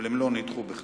אבל הן לא נדחו בכלל.